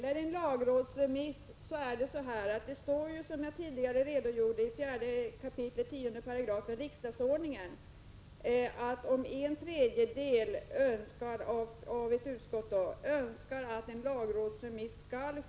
Fru talman! Såsom jag tidigare redogjorde för står det i 4 kap. 10 § RO att lagrådsremiss skall ske om ”minst en tredjedel av ledamöterna i ett utskott” begär sådan remiss.